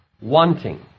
wanting